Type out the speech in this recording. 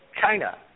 China